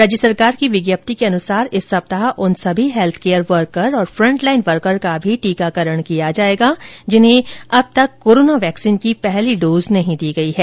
राज्य सरकार की विज्ञप्ति के अनुसार इस सप्ताह उन सभी हैत्थ केयर वर्कर और फ्रंट लाइन वर्कर का भी टीकाकरण किया जाएगा जिन्हें अब तक कोरोना वैक्सीन की पहली डोज नहीं दी गई है